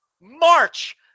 March